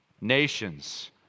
nations